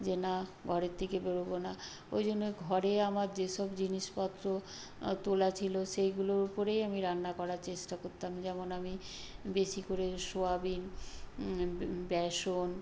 যে না ঘরের থেকে বেরোবো না ওই জন্য ঘরে আমার যে সব জিনিসপত্র তোলা ছিলো সেইগুলোর উপরেই আমি রান্না করার চেষ্টা করতাম যেমন আমি বেশি করে সয়াবিন বেসন